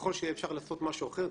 ככל שאפשר יהיה לעשות משהו אחר,